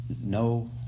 No